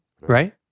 right